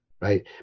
right